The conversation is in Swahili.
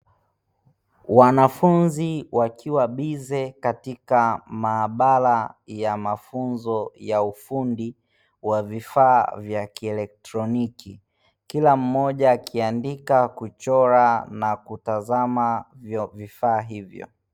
Wanafunzi wakiwa bize katika maabara ya mafunzo ya ufundi wa vifaa vya kielektroniki; kila mmoja akiandika, kuchora na kutazama vifaa hivyo.